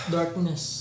Darkness